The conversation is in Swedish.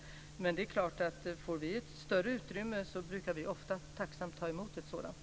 Om vi får ett större utrymme brukar vi tacksamt ta emot ett sådant.